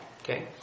Okay